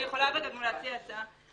אני יכולה גם להציע הצעה...